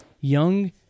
Young